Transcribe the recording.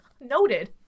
Noted